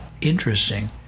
interesting